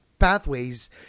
pathways